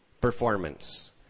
performance